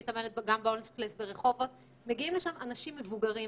אני מתאמנת גם בהולמס פלייס ברחובות ולשם מגיעים גם אנשים מבוגרים.